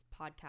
podcast